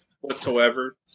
whatsoever